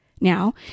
Now